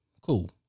cool